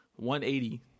180